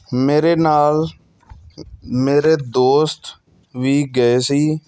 ਮੇਰੇ ਨਾਲ ਮੇਰੇ ਦੋਸਤ ਵੀ ਗਏ ਸੀ